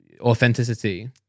authenticity